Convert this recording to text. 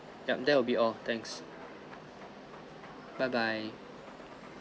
yup that will be all thanks bye bye